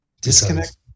Disconnect